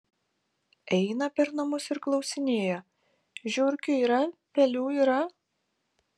eina per namus ir klausinėja žiurkių yra pelių yra